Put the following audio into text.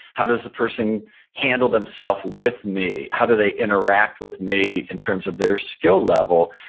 how does the person handle themselves with me? how do they interact with me in terms of their skill level?